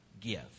give